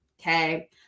okay